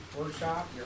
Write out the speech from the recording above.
workshop